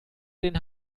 den